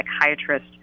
psychiatrist